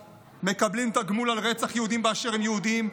מקבלים תגמול על רצח יהודים באשר הם יהודים,